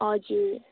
हजुर